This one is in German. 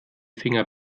finger